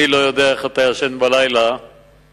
אני לא יודע איך אתה ישן בלילה כשאנשים